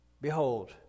Behold